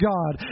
God